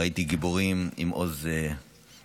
ראיתי גיבורים עם עוז ותעצומות.